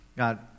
God